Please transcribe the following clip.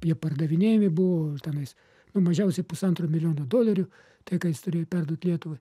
jie pardavinėjami buvo tenais nu mažiausiai pusantro milijono dolerių tai ką jis turėjo perduot lietuvai